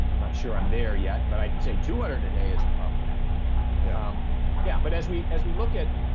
i'm not sure i'm there yet, but i can say two hundred a day is problematic yeah um yeah but as we as we look at.